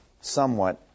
somewhat